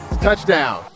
Touchdown